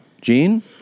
Gene